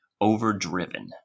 overdriven